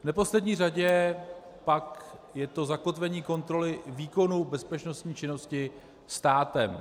V neposlední řadě pak je to zakotvení kontroly výkonu bezpečnostní činnosti státem.